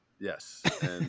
Yes